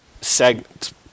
segments